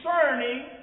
concerning